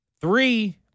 Three